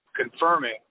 confirming